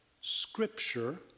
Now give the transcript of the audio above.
scripture